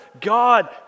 God